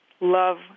love